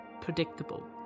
predictable